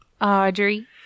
Audrey